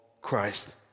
Christ